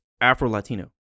Afro-Latino